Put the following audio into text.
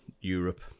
europe